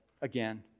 again